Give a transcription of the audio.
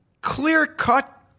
clear-cut